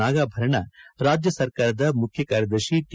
ನಾಗಾಭರಣ ರಾಜ್ಯ ಸರ್ಕಾರದ ಮುಖ್ಯ ಕಾರ್ಯದರ್ಶಿ ಟಿ